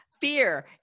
Fear